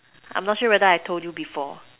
I am not sure I have told you before